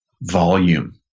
volume